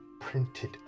printed